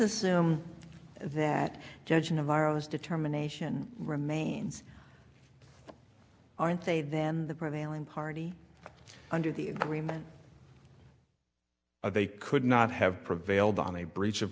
assume that judge navarro's determination remains aren't they then the prevailing party under the agreement they could not have prevailed on a breach of